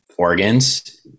organs